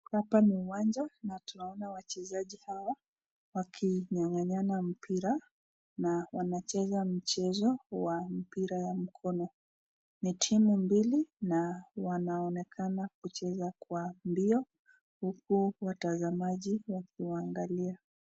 Hapa ni uwanja na tunaona wachezaji hawa wakinyang'anyana mpira na wanacheza mchezo wa mpira wa mkono. Ni timu mbili na wanaonekana kucheza kwa mbio huku watazamaji wakiwaangalia.